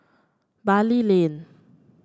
Bali Lane